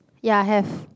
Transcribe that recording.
ya have